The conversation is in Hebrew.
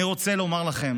אני רוצה לומר לכם